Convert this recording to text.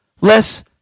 Less